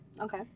okay